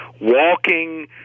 walking